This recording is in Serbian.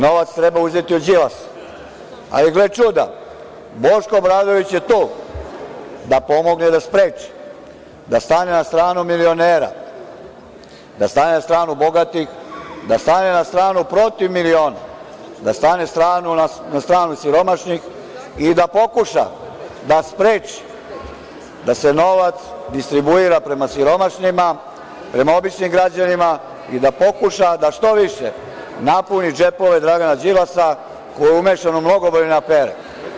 Novac treba uzeti od Đilasa, ali gle čuda, Boško Obradović je tu da pomogne da spreči, da stane na stranu milionera, da stane na stranu bogatih, da strane na stranu protiv miliona, da stane na stranu siromašnih i da pokuša da spreči da se novac distribuira prema siromašnima, prema običnim građanima i da pokuša da što više napuni džepove Dragana Đilasa koji je umešan u mnogobrojne afere.